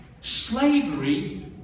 Slavery